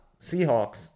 Seahawks